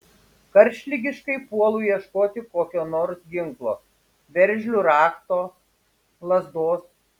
karštligiškai puolu ieškoti kokio nors ginklo veržlių rakto lazdos